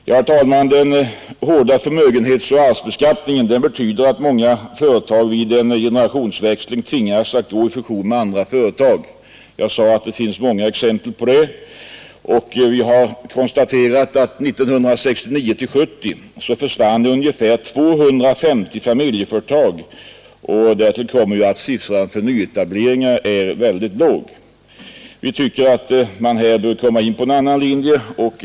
Herr talman! Den hårda förmögenhetsoch arvsbeskattningen betyder att många företag vid generationsväxling tvingas till fusioner med andra företag. Jag sade att det finns många exempel på detta. Vi har konstaterat att det 1969—1970 försvann ungefär 250 familjeföretag. Därtill kommer att siffran för nyetableringar är mycket låg. Vi tycker därför att man bör gå in för en annan linje på detta område.